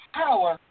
power